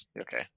Okay